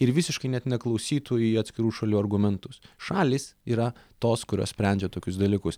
ir visiškai net neklausytų į atskirų šalių argumentus šalys yra tos kurios sprendžia tokius dalykus